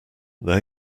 there